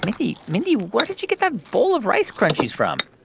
mindy, mindy, where did you get that bowl of rice crunchies from?